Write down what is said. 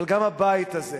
אבל גם הבית הזה,